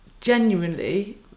genuinely